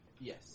Yes